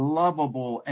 lovable